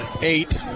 eight